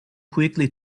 quickly